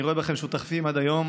אני רואה בכם שותפים עד היום,